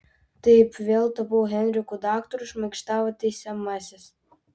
taip vėl tapau henriku daktaru šmaikštavo teisiamasis